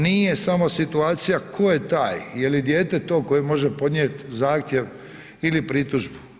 Nije samo situacija tko je taj, je li dijete to koji može podnijeti zahtjev ili pritužbu?